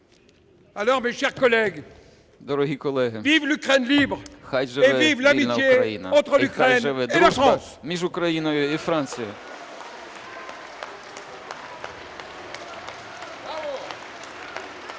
Дорогі колеги, хай живе вільна Україна і хай живе дружба між Україною і Францією!